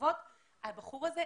לחובות והבחור הזה,